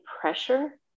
pressure